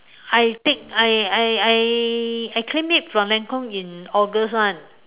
I take I I I I claim it from Lancome in August [one]